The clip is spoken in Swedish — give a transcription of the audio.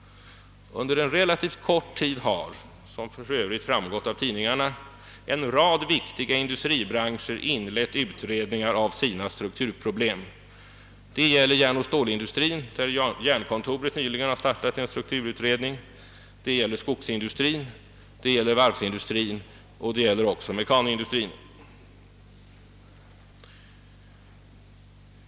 Under en relativt kort tid har — som för övrigt framgått av tidningarna — en rad viktiga industribranscher satt i gång utredningar av sina strukturproblem. Det gäller järnoch stålindustrin, där jernkontoret nyligen har startat en strukturutredning, det gäller skogsindustrin, varvsindustrin och mekanindustrin.